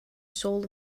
soul